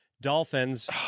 Dolphins